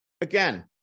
Again